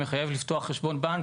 שמחייב לפתוח חשבון בנק.